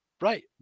Right